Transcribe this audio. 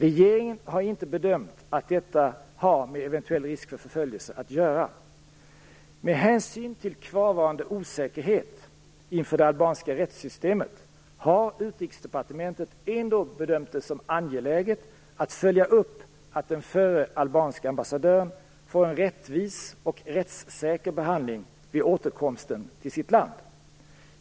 Regeringen har inte bedömt att detta har med eventuell risk för förföljelse att göra. Med hänsyn till kvarvarande osäkerhet inför det albanska rättssystemet har Utrikesdepartementet ändå bedömt det som angeläget att följa upp att den förre albanske ambassadören får en rättvis och rättssäker behandling vid återkomsten till sitt land.